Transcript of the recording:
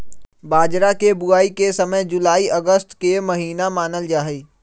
बाजरा के बुवाई के समय जुलाई अगस्त के महीना मानल जाहई